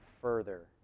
further